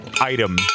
item